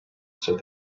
said